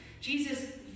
Jesus